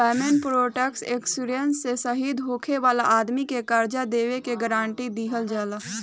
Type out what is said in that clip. payment protection insurance से शहीद होखे वाला आदमी के कर्जा देबे के गारंटी दीहल जाला